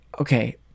Okay